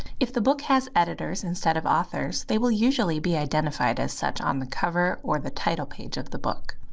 if the book has editors instead of authors, they will usually be identified as such on the cover or the title page of the book.